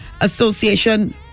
Association